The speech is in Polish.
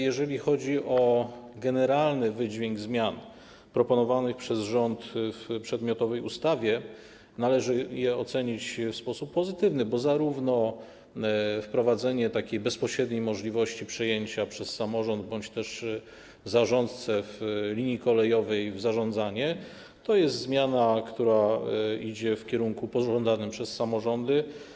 Jeżeli chodzi o generalny wydźwięk zmian proponowanych przez rząd w przedmiotowej ustawie, należy je ocenić w sposób pozytywny, bo wprowadzenie takiej bezpośredniej możliwości przejęcia przez samorząd bądź też zarządcę linii kolejowej w zarządzanie to jest zmiana, która idzie w kierunku pożądanym przez samorządy.